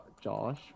josh